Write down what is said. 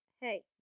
Hey